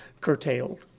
curtailed